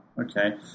Okay